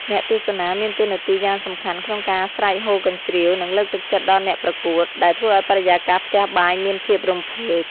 អ្នកទស្សនាមានតួនាទីយ៉ាងសំខាន់ក្នុងការស្រែកហ៊ោកញ្ជ្រៀវ និងលើកទឹកចិត្តដល់អ្នកប្រកួត ដែលធ្វើឱ្យបរិយាកាសផ្ទះបាយមានភាពរំភើប។